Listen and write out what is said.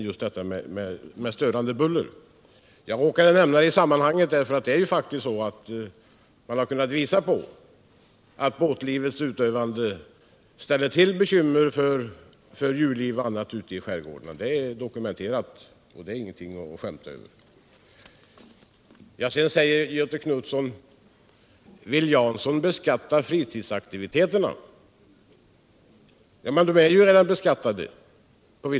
Jag räkade nämnu bullerproblemet i sammanhanget eftersom det är dokumenterat att båtlivet ställer till bekymmer för djurlivet och annat i skärgården. Detta är ingenting att skämta om. Sedan frågar Göthe Knutson om Paul Jansson vill beskatta tritidsaktivitelerna. Vissa tritidsaktiviteter är ju redan beskattade!